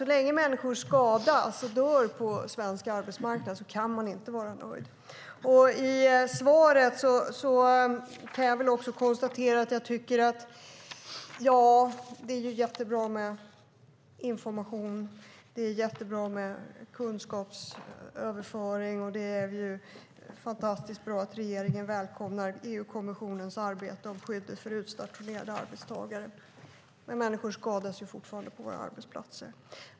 Så länge människor skadas och dör på svensk arbetsmarknad kan man inte vara nöjd. Visst är det jättebra med information och kunskapsöverföring, och det är fantastiskt bra att regeringen välkomnar EU-kommissionens arbete om skydd för utstationerade arbetstagare, men människor skadas fortfarande på våra arbetsplatser.